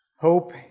Hope